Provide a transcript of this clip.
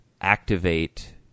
activate